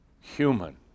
human